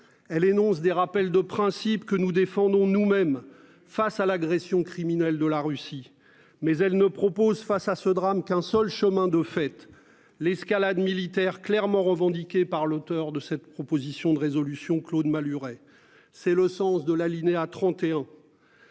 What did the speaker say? Elle énonce des rappels de principes que nous défendons nous-mêmes face à l'agression criminelle de la Russie, mais elle ne propose face à ce drame qu'un seul chemin de fait l'escalade militaire clairement revendiqué par l'auteur de cette proposition de résolution Claude Malhuret. C'est le sens de l'alinéa 31.